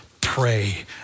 pray